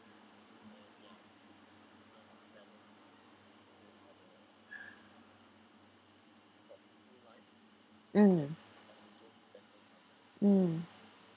mm mm